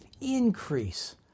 increase